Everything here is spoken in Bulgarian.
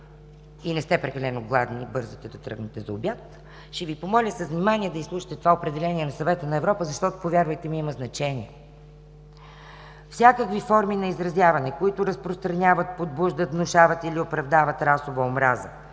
и не сте прекалено гладни и бързате да тръгнете за обяд, ще Ви помоля с внимание да изслушате това определение на Съвета на Европа, защото, повярвайте ми, има значение: „Всякакви форми на изразяване, които разпространяват, подбуждат, внушават или оправдават расова омраза,